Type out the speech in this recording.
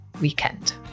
weekend